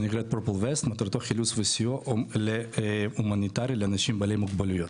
שנקראת PERPULE VEST מטרתו חילוץ וסיוע הומניטרי לאנשים בעלי מוגבלויות,